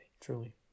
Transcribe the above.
truly